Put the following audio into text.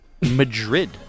Madrid